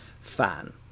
fan